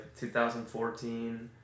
2014